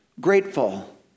grateful